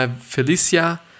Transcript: Felicia